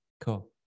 Cool